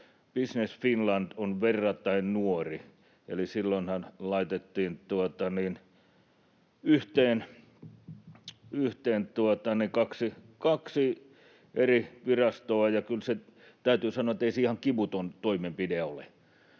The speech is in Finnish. Business Finland on verrattain nuori, eli silloinhan laitettiin yhteen ne kaksi eri virastoa, ja kyllä täytyy sanoa, ettei se ihan kivuton toimenpide ole.